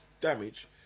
damage